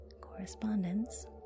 Correspondence